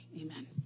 Amen